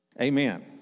Amen